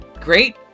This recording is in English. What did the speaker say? great